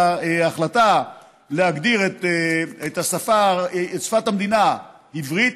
ההחלטה היא להגדיר את שפת המדינה עברית,